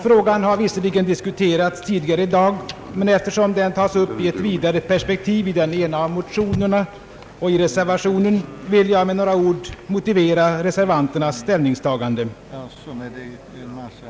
Frågan har visserligen diskuterats tidigare i dag, men eftersom den tas upp i ett vidare perspektiv i den ena av motionerna och i reservationen, vill jag med några ord motivera reservanternas ställningstagande.